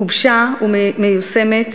גובשה ומיושמת